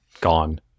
gone